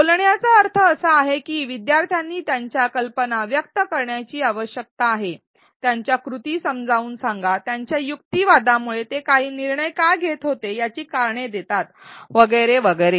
बोलण्याचा अर्थ असा आहे की विद्यार्थ्यांनी त्यांच्या कल्पना व्यक्त करण्याची आवश्यकता आहे त्यांच्या कृती समजावून सांगा त्यांच्या युक्तिवादामुळे ते काही निर्णय का घेत होते याची कारणे देतात वगैरे वगैरे